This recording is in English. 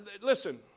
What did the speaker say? Listen